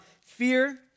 fear